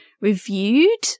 reviewed